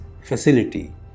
facility